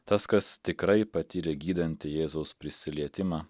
tas kas tikrai patyrė gydantį jėzaus prisilietimą